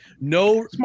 No